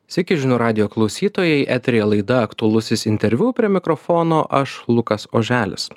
sveiki žinių radijo klausytojai eteryje laida aktualusis interviu prie mikrofono aš lukas oželis